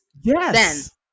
Yes